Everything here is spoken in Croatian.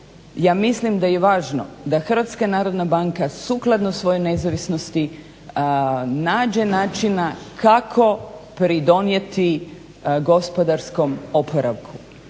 ja mislim da je važno da HNB sukladno svojoj nezavisnosti nađe načina kako pridonijeti gospodarskom oporavku.